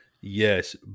Yes